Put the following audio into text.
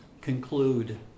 conclude